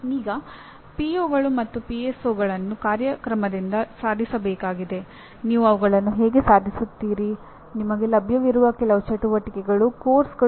ಮತ್ತು ನಿರ್ದಿಷ್ಟ ಸಾಮಾಜಿಕ ಸಂಸ್ಥೆ ತನ್ನ ಉದ್ದೇಶಿತ ಉದ್ದೇಶಗಳನ್ನು ಎಷ್ಟರಮಟ್ಟಿಗೆ ಪೂರೈಸುತ್ತಿದೆ ಎಂಬುದರ ಬಗ್ಗೆ ಹೊಣೆಗಾರರಿಗೆ ಅರಿವು ಮೂಡಿಸಬೇಕು